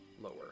lower